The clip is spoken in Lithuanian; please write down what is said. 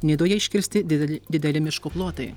nidoje iškirsti dideli dideli miško plotai